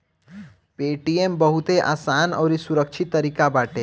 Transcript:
Paytm बहुते आसान अउरी सुरक्षित तरीका बाटे